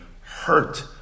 hurt